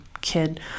kid